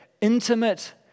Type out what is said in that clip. intimate